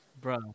bro